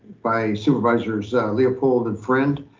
by supervisors leopold and friend.